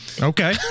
Okay